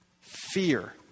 Fear